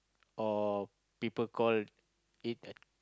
or people call it a